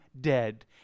dead